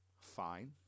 fine